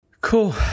cool